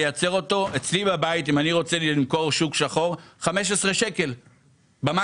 לייצר אותו אצלי בבית אם אני רוצה למכור בשוק שחור,15 שקלים במקסימום.